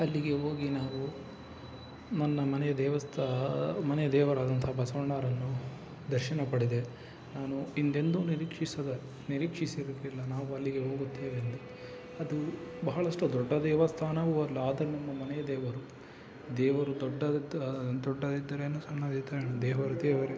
ಅಲ್ಲಿಗೆ ಹೋಗಿ ನಾವು ನನ್ನ ಮನೆಯ ದೇವಸ್ಥಾನ ಮನೆಯ ದೇವರಾದಂಥ ಬಸವಣ್ಣರನ್ನು ದರ್ಶನ ಪಡೆದೆ ನಾನು ಹಿಂದೆಂದೂ ನಿರೀಕ್ಷಿಸದ ನಿರೀಕ್ಷಿಸಿರಲಿಲ್ಲ ನಾವು ಅಲ್ಲಿಗೆ ಹೋಗುತ್ತೇವೆಂದು ಅದು ಬಹಳಷ್ಟು ದೊಡ್ಡ ದೇವಸ್ಥಾನವೂ ಅಲ್ಲ ಆದರೂ ನಮ್ಮ ಮನೆಯ ದೇವರು ದೇವರು ದೊಡ್ಡದಾದ ದೊಡ್ಡದಿದ್ದರೇನು ಸಣ್ಣದಿದ್ದರೇನು ದೇವರು ದೇವರೇ